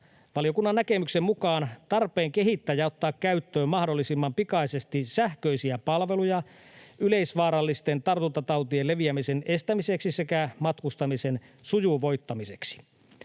valiokunnan näkemyksen mukaan tarpeen kehittää ja ottaa käyttöön mahdollisimman pikaisesti sähköisiä palveluja yleisvaarallisten tartuntatautien leviämisen estämiseksi sekä matkustamisen sujuvoittamiseksi.